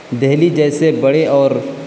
دلی جیسے بڑے اور